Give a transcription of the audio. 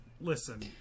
listen